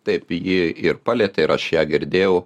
taip ji ir palietė ir aš ją girdėjau